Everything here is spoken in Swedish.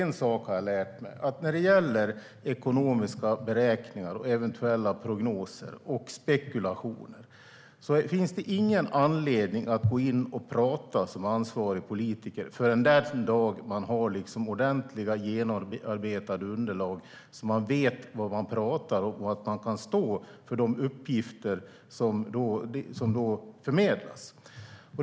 En sak har jag lärt mig, och det är att när det gäller ekonomiska beräkningar, eventuella prognoser och spekulationer finns det ingen anledning att som ansvarig politiker bemöta dem förrän den dag som man har ordentliga genomarbetade underlag, så att man vet vad man pratar om och så att man kan stå för de uppgifter som förmedlas.